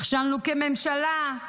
נכשלנו כממשלה,